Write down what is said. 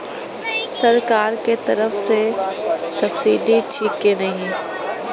सरकार के तरफ से सब्सीडी छै कि नहिं?